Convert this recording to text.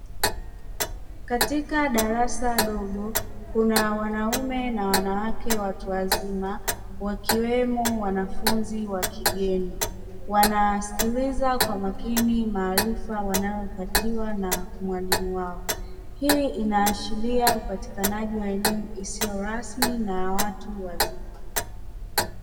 Katika Darasa dogo kuna wanaume na wanawake watuwazima wakiwemo wanafunzi wa kigeni wanasikiliza kwa makini maarifa wanayopatiwa na mwalimu wao, hii inaashiria upatikanaji wa elimu isiyo rasmi na watu wazima.